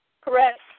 correct